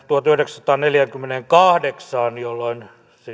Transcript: tuhatyhdeksänsataaneljäkymmentäkahdeksanaan jolloin siis